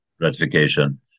ratification